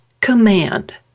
command